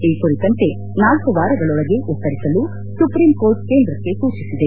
ಈ ಕುರಿತಂತೆ ನಾಲ್ಕು ವಾರಗಳೊಳಗೆ ಉತ್ತರಿಸಲು ಸುಪ್ರೀಂಕೋರ್ಟ್ ಕೇಂದ್ರಕ್ಕೆ ಸೂಚಿಸಿದೆ